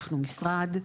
אנחנו משרד,